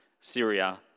Syria